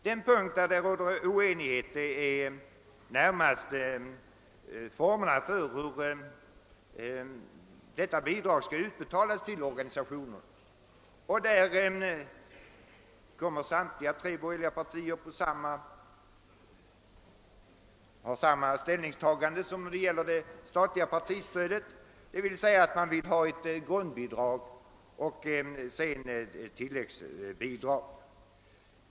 Den punkt där det råder oenighet är närmast den som gäller formerna för hur bidraget skall utbetalas till partiorganisationerna. Därvidlag har samtliga tre borgerliga partier gjort samma ställningstagande som beträffande det statliga partistödet, d. v. s. att det bör utgå dels ett grundbidrag, dels ett tilläggsbidrag.